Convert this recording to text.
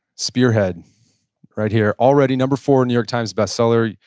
spearhead right here. already number four on new york times best seller.